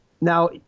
Now